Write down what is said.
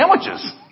sandwiches